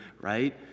right